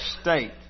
state